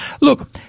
look